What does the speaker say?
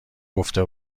گفته